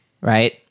right